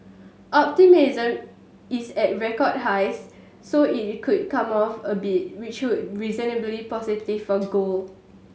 optimism is at record highs so it could come off a bit which would reasonably positive for gold